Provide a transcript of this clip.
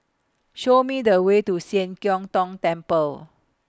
Show Me The Way to Sian Keng Tong Temple